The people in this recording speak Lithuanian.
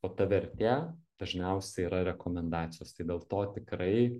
o ta vertė dažniausiai yra rekomendacijos tai dėl to tikrai